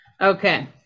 Okay